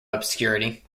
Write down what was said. obscurity